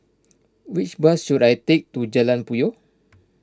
which bus should I take to Jalan Puyoh